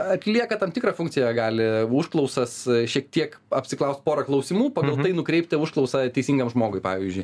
atlieka tam tikrą funkciją gali užklausas šiek tiek apsiklaust pora klausimų pagal tai nukreipti užklausą teisingam žmogui pavyzdžiui